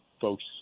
folks